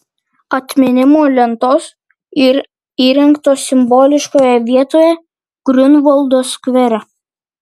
atminimo lentos įrengtos simboliškoje vietoje griunvaldo skvere